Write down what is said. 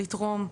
לתרום.